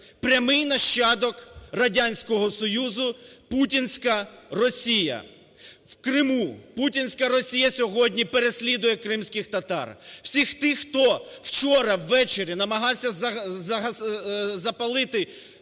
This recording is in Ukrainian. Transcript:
прямий нащадок Радянського Союзу – путінська Росія. В Криму путінська Росія сьогодні переслідує кримських татар, всіх тих, то вчора ввечері намагався запалити